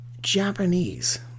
japanese